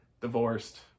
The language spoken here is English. divorced